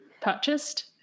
purchased